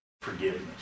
forgiveness